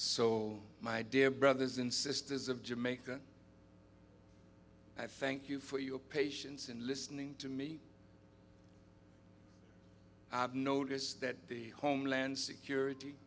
on my dear brothers and sisters of jamaica i thank you for your patience in listening to me i've noticed that the homeland security